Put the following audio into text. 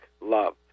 love